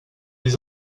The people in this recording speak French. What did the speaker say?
les